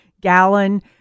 gallon